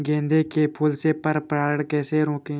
गेंदे के फूल से पर परागण कैसे रोकें?